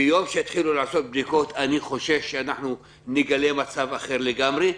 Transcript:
ביום שיתחילו לעשות בדיקות אני חושש שאנחנו נגלה מצב אחר לגמרי.